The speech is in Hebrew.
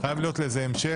חייב להיות לזה המשך.